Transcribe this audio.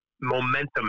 momentum